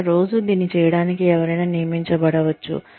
అక్కడ రోజూ దీన్ని చేయడానికి ఎవరైనా నియమించబడవచ్చు